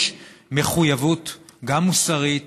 יש מחויבות, גם מוסרית